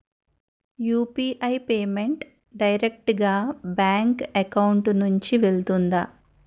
UPI payment direct గా bank account నుంచి వెళ్తుందా?